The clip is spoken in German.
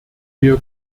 wir